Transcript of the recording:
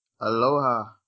Aloha